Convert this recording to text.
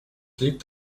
liegt